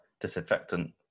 disinfectant